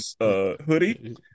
hoodie